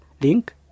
link